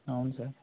అవును సార్